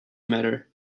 matter